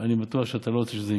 ואני בטוח שאתה לא רוצה שזה יקרה.